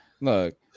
Look